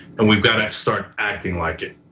and we've got to start acting like it.